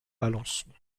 alençon